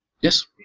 Yes